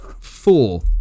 Four